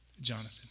Jonathan